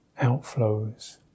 outflows